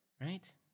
right